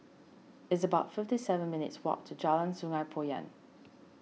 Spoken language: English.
it's about fifty seven minutes' walk to Jalan Sungei Poyan